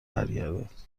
برگردد